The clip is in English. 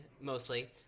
mostly